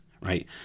right